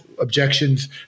objections